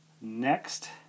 Next